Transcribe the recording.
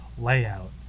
layout